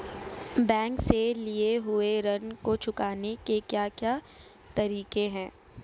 Bank से लिए हुए ऋण को चुकाने के क्या क्या तरीके हैं?